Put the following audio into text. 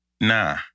Nah